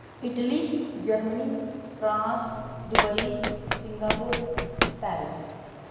Italy Germany France Dubai Singapore Paris